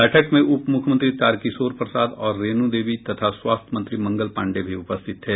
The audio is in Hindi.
बैठक में उप मुख्यमंत्री तारकिशोर प्रसाद और रेणु देवी तथा स्वास्थ्य मंत्री मंगल पांडेय भी उपस्थित थे